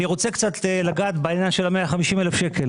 אני רוצה לגעת קצת בעניין של ה-150,000 ₪.